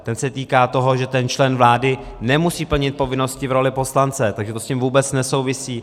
Ten se týká toho, že ten člen vlády nemusí plnit povinnosti v roli poslance, takže to s tím vůbec nesouvisí.